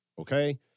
okay